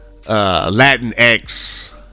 Latinx